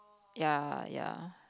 ya ya